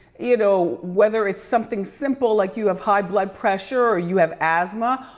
you know whether it's something simple like you have high blood pressure or you have asthma.